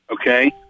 okay